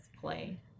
play